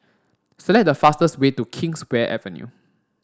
select the fastest way to Kingswear Avenue